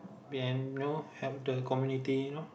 and you know help the community you know